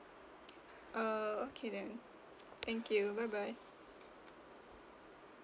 uh okay then thank you bye bye